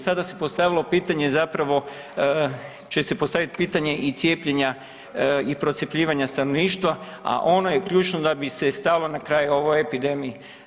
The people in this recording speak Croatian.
Sada se postavilo pitanje zapravo će se postaviti pitanje i cijepljenja i procjepljivanja stanovništva, a ono je ključno da bi se stalo na kraj ovoj epidemiji.